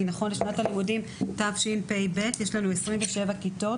כי נכון לשנת הלימודים תשפ"ב יש לנו 27 כיתות